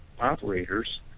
operators